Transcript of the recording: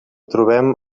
trobem